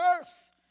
Earth